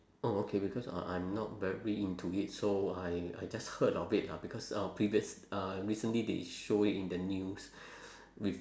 oh okay because uh I'm not very into it so I I just heard of it ah because uh previous uh recently they show it in the news with